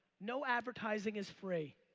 no advertising is free.